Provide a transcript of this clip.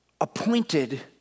appointed